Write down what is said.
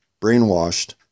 brainwashed